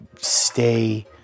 stay